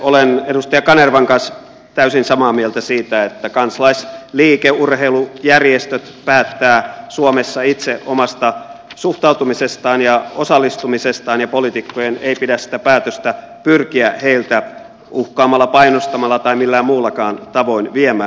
olen edustaja kanervan kanssa täysin samaa mieltä siitä että kansalaisliike urheilujärjestöt päättävät suomessa itse omasta suhtautumisestaan ja osallistumisestaan ja poliitikkojen ei pidä sitä päätöstä pyrkiä heiltä uhkaamalla painostamalla tai millään muullakaan tavoin viemään